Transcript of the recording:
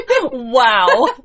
Wow